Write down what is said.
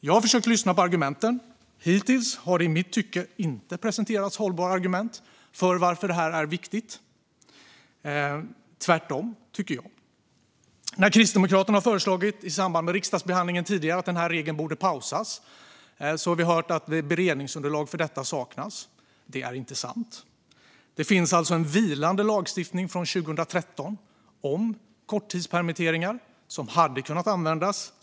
Jag har försökt lyssna på argumenten, och hittills har det i mitt tycke inte presenterats hållbara argument för att denna regel skulle vara viktig. Tvärtom, tycker jag. När Kristdemokraterna i samband med riksdagsbehandlingen tidigare föreslog att regeln skulle pausas fick vi höra att det saknades beredningsunderlag för att göra det. Det är inte sant. Det finns en vilande lagstiftning från 2013 om korttidspermitteringar som hade kunnat användas.